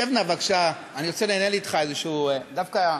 שב נא, בבקשה, אני רוצה לנהל אתך איזשהו, דווקא,